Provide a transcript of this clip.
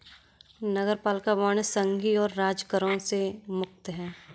नगरपालिका बांड संघीय और राज्य करों से मुक्त हैं